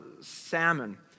Salmon